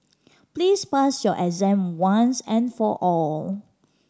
please pass your exam once and for all